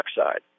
oxide